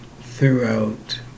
throughout